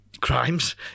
Crimes